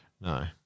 No